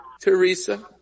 Teresa